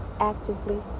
actively